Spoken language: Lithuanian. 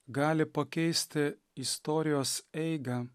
gali pakeisti istorijos eigą